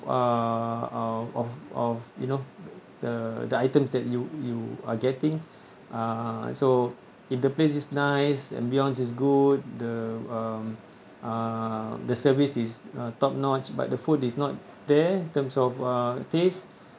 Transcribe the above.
uh of of of you know the the items that you you are getting uh so if the place is nice ambience is good the um uh the service is uh top notch but the food is not there in terms of uh taste